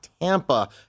Tampa